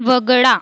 वगळा